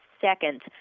second